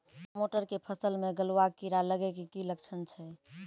टमाटर के फसल मे गलुआ कीड़ा लगे के की लक्छण छै